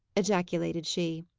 ejaculated she.